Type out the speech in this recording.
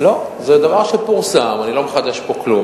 לא, זה דבר שפורסם, אני לא מחדש פה כלום.